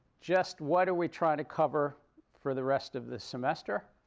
just what are we trying to cover for the rest of this semester?